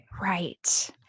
Right